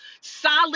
solid